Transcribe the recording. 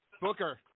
Booker